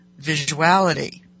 visuality